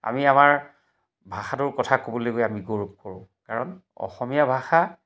আমি আমাৰ ভাষাটোৰ কথা ক'বলৈ গৈ আমি গৌৰৱ কৰোঁ কাৰণ অসমীয়া ভাষা